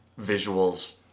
visuals